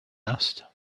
asked